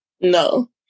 No